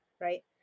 right